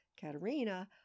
Katerina